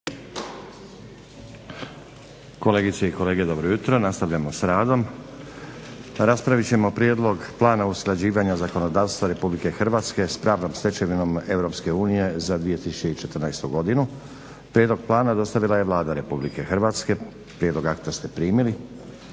Kolegice i kolege, dobro jutro. Nastavljamo s radom. Raspravit ćemo - Prijedlog plana usklađivanja zakonodavstva Republike Hrvatske s pravnom stečevinom Europske Unije za 2014. godinu Prijedlog plana dostavila je Vlada RH. Prijedlog akta ste primili.